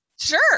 sure